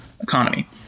economy